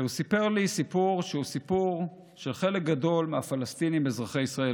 הוא סיפר לי סיפור שהוא סיפור של חלק גדול מהפלסטינים אזרחי ישראל,